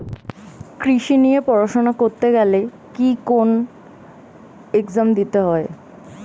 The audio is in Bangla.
কৃষি নিয়ে পড়াশোনা করতে গেলে কি কোন এগজাম দিতে হয়?